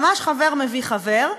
ממש חבר מביא חבר,